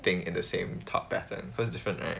think in the same thought pattern because different right